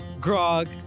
Grog